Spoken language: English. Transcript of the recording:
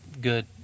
good